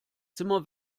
zimmer